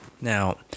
Now